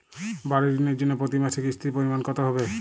বাড়ীর ঋণের জন্য প্রতি মাসের কিস্তির পরিমাণ কত হবে?